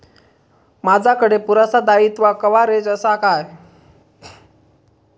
माजाकडे पुरासा दाईत्वा कव्हारेज असा काय?